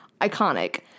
iconic